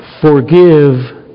forgive